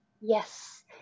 yes